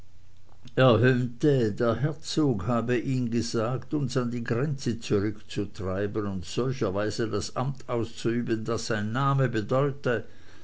der herzog habe ihn gesandt uns an die grenze zurückzutreiben und solcherweise das amt auszuüben das sein name bedeute